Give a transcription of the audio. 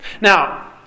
Now